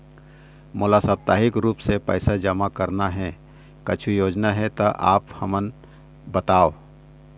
मोला साप्ताहिक रूप से पैसा जमा करना हे, कुछू योजना हे त आप हमन बताव?